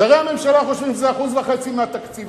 שרי הממשלה חושבים שזה 1.5% מהתקציב.